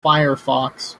firefox